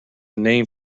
name